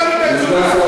קיבלנו את התשובה.